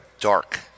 dark